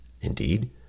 Indeed